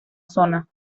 zona